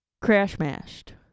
Crash-mashed